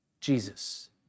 Jesus